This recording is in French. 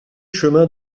chemin